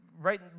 Right